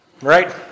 Right